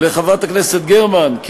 לחברת הכנסת גרמן,